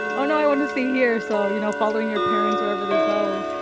oh, no, i want to stay here so, you know, following your parents wherever they go.